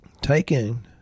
taking